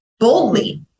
boldly